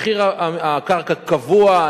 מחיר הקרקע קבוע.